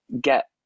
get